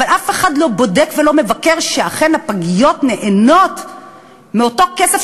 אבל אף אחד לא בודק ולא מבקר שאכן הפגיות נהנות מאותו כסף,